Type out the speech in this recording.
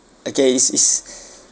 okay it's it's